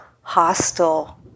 hostile